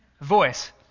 Voice